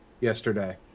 yesterday